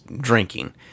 drinking